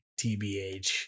TBH